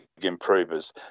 improvers